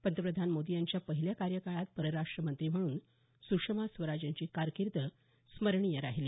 पंतप्रधान मोदी यांच्या पहिल्या कार्यकाळात परराष्ट्र मंत्री म्हणून सुषमा स्वराज यांची कारर्किद स्मरणीय राहिली